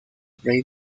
rey